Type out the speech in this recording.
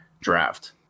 draft